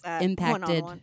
impacted